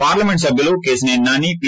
parliament సబ్యులు Kesineni Nani P